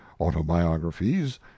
autobiographies